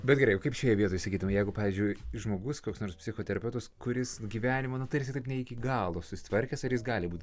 bet gerai o kaip šioje vietoj sakytum jeigu pavyzdžiui žmogus koks nors psichoterapeutas kuris gyvenimą nu tarsi taip ne iki galo susitvarkęs ir jis gali būti